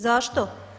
Zašto?